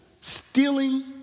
stealing